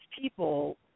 people